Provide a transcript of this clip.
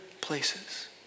places